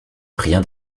rien